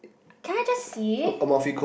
can I just see